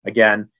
Again